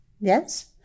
Yes